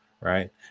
Right